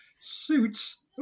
suits